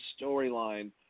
storyline